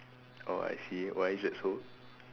oh I see why is that so